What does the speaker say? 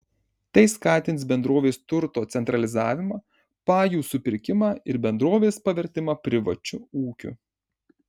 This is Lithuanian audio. tai skatins bendrovės turto centralizavimą pajų supirkimą ir bendrovės pavertimą privačiu ūkiu